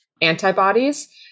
antibodies